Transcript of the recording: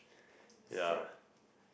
yeah